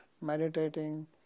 meditating